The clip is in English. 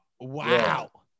wow